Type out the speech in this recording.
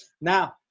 now